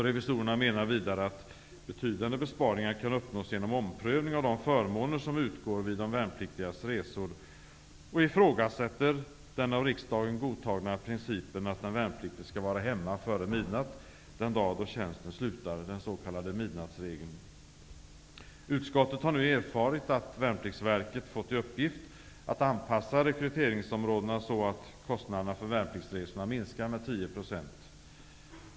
Revisorerna menar vidare att betydande besparingar kan uppnås genom omprövning av de förmåner som utgår vid de värnpliktigas resor och ifrågasätter den av riksdagen godtagna principen att den värnpliktige skall vara hemma före midnatt den dag då tjänsten slutar, den s.k. midnattsregeln. Utskottet har nu erfarit att Värnpliktsverket fått i uppgift att anpassa rekryteringsområdena så att kostnaderna för värnpliktsresorna minskar med 10 %.